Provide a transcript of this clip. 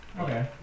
okay